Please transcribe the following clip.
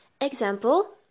Example